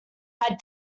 had